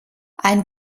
ein